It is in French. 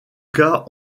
cas